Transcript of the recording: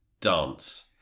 dance